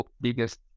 biggest